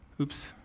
Oops